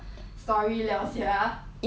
ya that's why the a lot of people hor